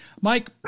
Mike